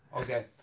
Okay